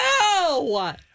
No